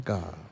God